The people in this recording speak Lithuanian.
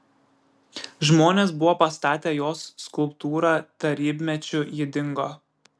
žmonės buvo pastatę jos skulptūrą tarybmečiu ji dingo